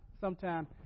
sometime